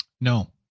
No